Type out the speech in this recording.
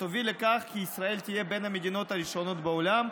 ותוביל לכך כי ישראל תהיה בין המדינות הראשונות בעולם,